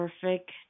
perfect